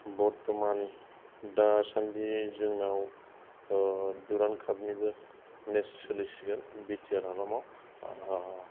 बर्थमान दासान्दि जोंनाव डुरान्ड कापनिबो मेट्च सोलिसिगोन बि टि आर हालामाव